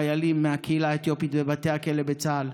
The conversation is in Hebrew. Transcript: חיילים מהעדה האתיופית בבתי הכלא בצה"ל,